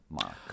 mark